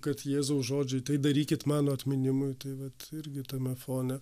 kad jėzaus žodžiai tai darykit mano atminimui tai vat irgi tame fone